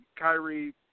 Kyrie